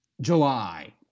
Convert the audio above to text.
July